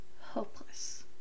hopeless